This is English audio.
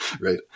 Right